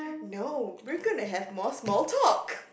no we're going to have more small talk